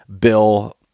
Bill